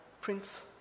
prince